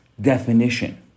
definition